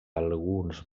alguns